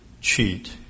cheat